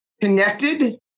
connected